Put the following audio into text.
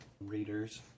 readers